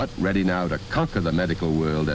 but ready now to conquer the medical world